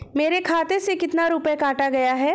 मेरे खाते से कितना रुपया काटा गया है?